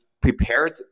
prepared